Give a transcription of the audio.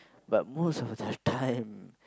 but most of the time